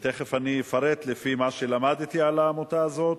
ותיכף אני אפרט לפי מה שלמדתי על העמותה הזאת.